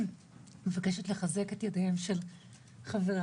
מבקשת לחזק את ידיהם של חבריי,